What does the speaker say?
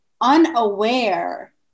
unaware